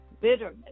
bitterness